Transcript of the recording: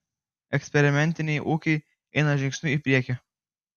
eksperimentiniai ūkiai eina žingsniu į priekį